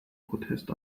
protest